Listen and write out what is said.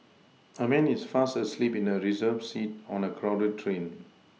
a man is fast asleep in a Reserved seat on a crowded train